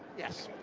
yes.